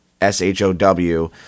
S-H-O-W